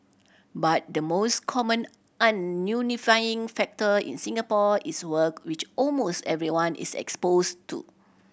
but the most common unifying factor in Singapore is work which almost everyone is expose to